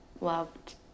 loved